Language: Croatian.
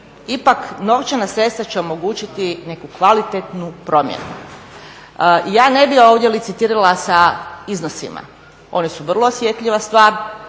ipak novčana sredstva će omogućiti neku kvalitetnu promjenu. Ja ne bih ovdje licitirala sa iznosima. Oni su vrlo osjetljiva stvar.